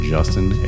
Justin